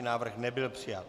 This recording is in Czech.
Návrh nebyl přijat.